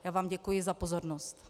Já vám děkuji za pozornost.